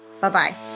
Bye-bye